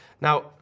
Now